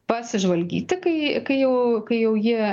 pasižvalgyti kai kai jau kai jau ji